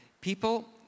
People